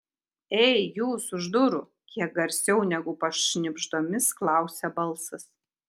ei jūs už durų kiek garsiau negu pašnibždomis klausia balsas